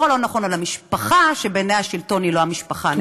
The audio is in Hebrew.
הלא-נכון או למשפחה שבעיני השלטון היא לא המשפחה הנכונה.